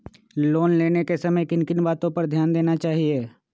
Loan लेने के समय किन किन वातो पर ध्यान देना चाहिए?